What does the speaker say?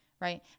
right